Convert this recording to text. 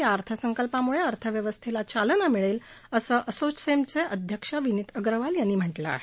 या अर्थसंकल्पामुळे अर्थव्यवस्थेला चालना मिळेल असं असोचेमचे उपाध्यक्ष विनीत अग्रवाल यांनी म्हटलं आहे